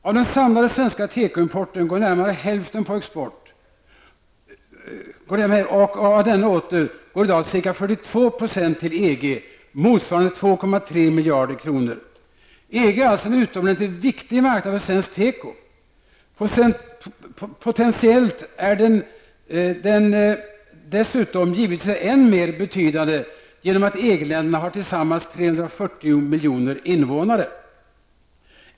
Av den samlade svenska tekoimporten går närmare hälften på export, och av denna åter går i dag ca EG är alltså en utomordentligt viktig marknad för svensk tekoindustri. Potentiellt är den dessutom givetvis än mer betydande genom att EG-länderna tillsammans har 340 miljoner invånare.